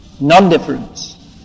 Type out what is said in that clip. non-difference